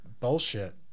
bullshit